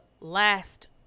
last